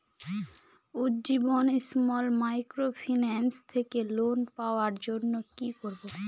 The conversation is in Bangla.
উজ্জীবন স্মল মাইক্রোফিন্যান্স থেকে লোন পাওয়ার জন্য কি করব?